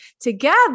together